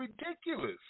ridiculous